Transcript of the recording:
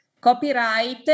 copyright